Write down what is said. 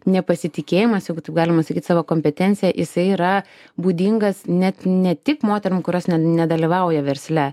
nepasitikėjimas jeigu taip galima sakyt savo kompetencija jisai yra būdingas net ne tik moterim kurios nedalyvauja versle